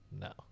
No